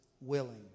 willing